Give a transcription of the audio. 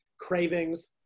cravings